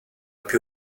più